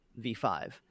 V5